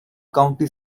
county